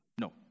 No